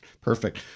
Perfect